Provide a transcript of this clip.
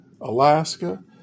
Alaska